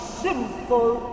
simple